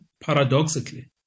paradoxically